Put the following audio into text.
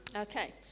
okay